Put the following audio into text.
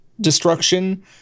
destruction